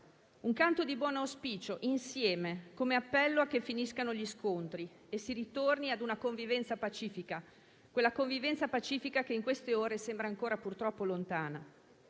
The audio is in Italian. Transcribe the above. un canto di buon auspicio, insieme, come appello a che finiscano gli scontri e si ritorni a una convivenza pacifica che in queste ore sembra ancora purtroppo lontana.